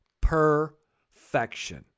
perfection